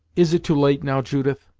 is it too late, now, judith?